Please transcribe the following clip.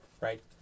right